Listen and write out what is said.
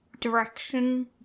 direction